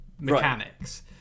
mechanics